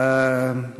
עוד כמה שנים.